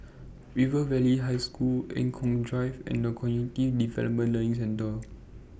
River Valley High School Eng Kong Drive and The Cognitive Development Learning Centre